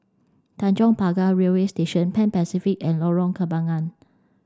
Tanjong Pagar Railway Station Pan Pacific and Lorong Kembangan